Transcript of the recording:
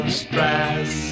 stress